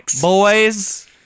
boys